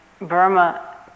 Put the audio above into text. Burma